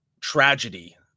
tragedy